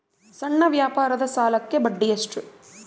ಸಣ್ಣ ವ್ಯಾಪಾರದ ಸಾಲಕ್ಕೆ ಬಡ್ಡಿ ಎಷ್ಟು?